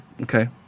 Okay